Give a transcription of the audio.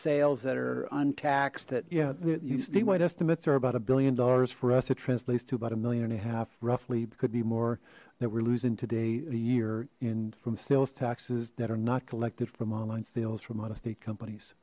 sales that are untaxed that yeah these d wide estimates are about a billion dollars for us it translates to about a million and a half roughly could be more that we're losing today a year in from sales taxes that are not collected from online sales from out of state companies